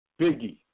Biggie